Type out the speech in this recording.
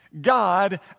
God